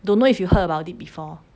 don't know if you heard about it before